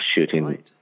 shooting